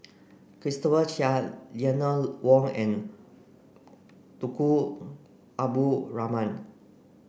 Christopher Chia Eleanor Wong and Tunku Abdul Rahman